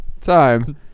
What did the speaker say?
Time